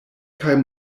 kaj